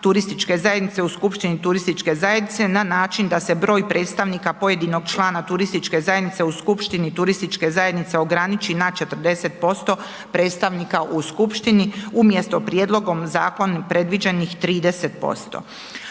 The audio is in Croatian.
turističke zajednice u skupštini turističke zajednice na način da se broj predstavnik pojedinog člana turističke zajednice u skupštini turističke zajednice ograniči na 40% predstavnika u skupštini umjesto prijedlogom zakona predviđenih 30%